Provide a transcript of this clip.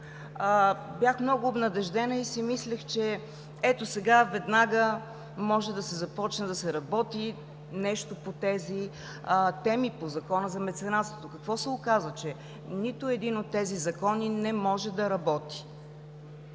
бях много обнадеждена и си мислех, че ето сега, веднага може да се започне да се работи нещо по тези теми, по Закона за меценатството. Какво се оказа? Че нито един от тези закони не може да работи.